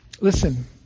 listen